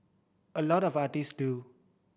a lot of artist do